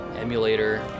emulator